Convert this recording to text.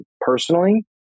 personally